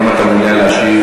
האם אתה מעוניין להשיב